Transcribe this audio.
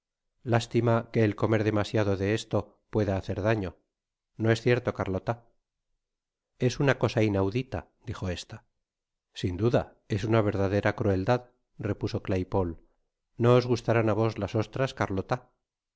lástima que el comer demasiado de esto pueda hacer daño no es cierto carlota es una cosa inaudita dijo esta sin duda es una verdadera crueldad repuso claypole no os gustan á vos las ostras carlota